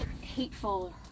hateful